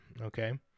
okay